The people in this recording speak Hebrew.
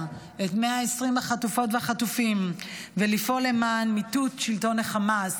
את 120 החטופות והחטופים ולפעול למען מיטוט שלטון החמאס